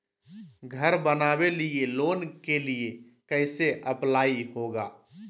घर बनावे लिय लोन के लिए कैसे अप्लाई होगा?